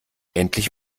endlich